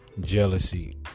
Jealousy